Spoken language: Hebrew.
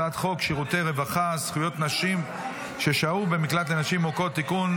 הצעת חוק שירותי רווחה (זכויות נשים ששהו במקלט לנשים מוכות) (תיקון,